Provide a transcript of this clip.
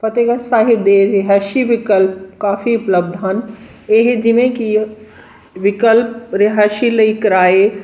ਫਤਿਹਗੜ੍ਹ ਸਾਹਿਬ ਦੇ ਰਿਹਾਇਸ਼ੀ ਵਿਕਲਪ ਕਾਫੀ ਉਪਲਬਧ ਹਨ ਇਹ ਜਿਵੇਂ ਕਿ ਵਿਕਲਪ ਰਿਹਾਇਸ਼ੀ ਲਈ ਕਿਰਾਏ